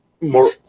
more